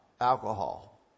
alcohol